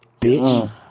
Bitch